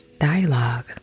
dialogue